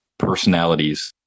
Personalities